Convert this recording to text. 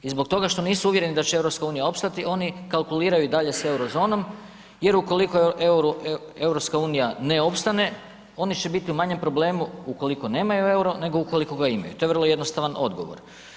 I zbog toga što nisu uvjereni da će EU opstati oni kalkuliraju i dalje sa Eurozonom jer ukoliko EU ne opstane oni će biti u manjem problemu ukoliko nemaju euro nego ukoliko ga imaju, to je vrlo jednostavan odgovor.